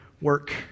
work